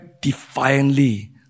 defiantly